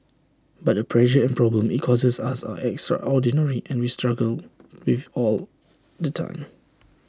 but the pressure and problems IT causes us are extraordinary and we struggle with all the time